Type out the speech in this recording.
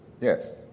Yes